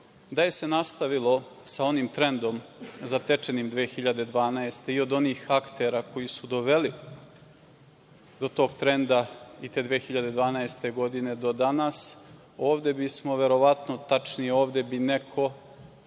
se nastavilo sa onim trendom zatečenim 2012. godine i od onih aktera koji su doveli do tog trenda i te 2012. godine do danas, ovde bismo, verovatno, tačnije ovde bi neko,